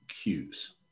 cues